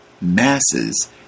masses